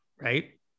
right